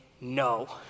No